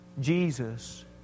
Jesus